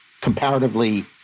comparatively